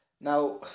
Now